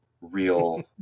real